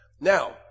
Now